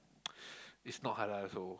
it's not Halal so